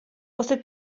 você